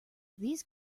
these